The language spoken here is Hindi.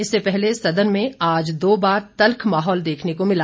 इससे पहले सदन में आज दो बार तल्ख मौहाल देखने को मिला